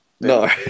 No